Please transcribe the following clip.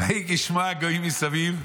"ויהי כשמע הגויים מסביב",